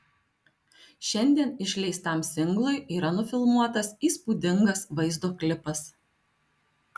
šiandien išleistam singlui yra nufilmuotas įspūdingas vaizdo klipas